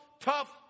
tough